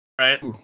Right